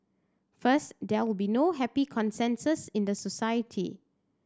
first there will be no happy consensus in the society